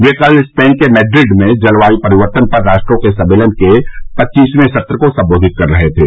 वे कल स्पेन के मेड्रिड में जलवायू परिवर्तन पर राष्ट्रों के सम्मेलन के पच्चीसवें सत्र को संबोधित कर रहे थे